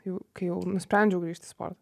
jau kai jau nusprendžiau grįžt į sportą